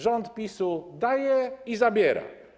Rząd PiS-u daje i zabiera.